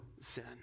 sin